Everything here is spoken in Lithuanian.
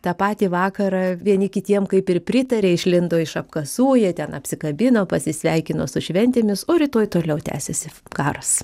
tą patį vakarą vieni kitiem kaip ir pritarė išlindo iš apkasų jie ten apsikabino pasisveikino su šventėmis o rytoj toliau tęsėsi karas